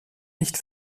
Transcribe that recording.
nicht